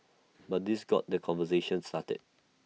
but this got the conversation started